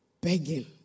Begging